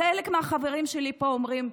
חלק מהחברים שלי פה אומרים: